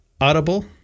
Audible